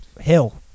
Hill